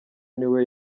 niwe